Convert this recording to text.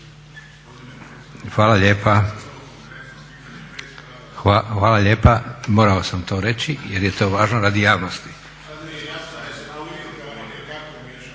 se ne čuje./… Hvala lijepa. Morao sam to reći jer je to važno radi javnosti.